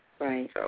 right